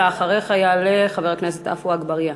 אחריך יעלה חבר הכנסת עפו אגבאריה.